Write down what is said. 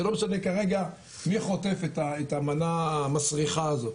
זה לא משנה כרגע מי חוטף את המנה המסריחה הזאת.